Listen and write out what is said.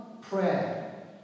prayer